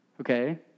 okay